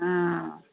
हां